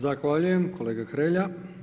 Zahvaljujem kolega Hrelja.